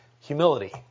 humility